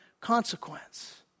consequence